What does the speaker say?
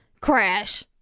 Crash